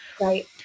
Right